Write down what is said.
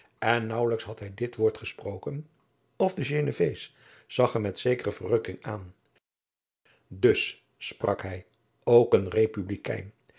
maurits lijnslager had hij dit woord gesproken of de genevees zag hem met zekere verrukking aan dus sprak hij ook een republikein